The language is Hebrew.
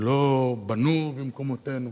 ולא בנו במקומותינו,